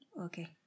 Okay